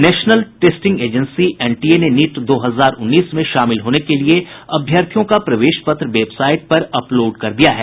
national testing agency NTA ने NEET दो हजार उन्नीस में शामिल होने के लिए अभ्यर्थियों का प्रवेश पत्र वेबसाइट पर अपलोड कर दिया है